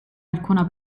alcuna